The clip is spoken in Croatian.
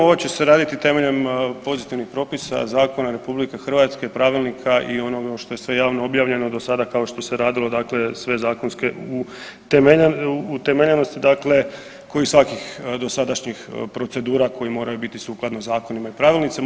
Ovo će se raditi temeljem pozitivnih propisa i zakona RH, pravilnika i onoga što je sve javno objavljeno do sada, kao što se radilo dakle, sve zakonske utemeljenosti, dakle kao i svakih dosadašnjih procedura koji moraju biti sukladno zakonima i pravilnicima.